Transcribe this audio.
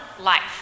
life